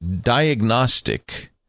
diagnostic